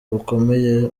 bukomeye